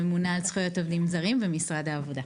הממונה על זכויות עובדים זרים במשרד העבודה.